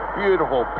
beautiful